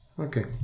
Okay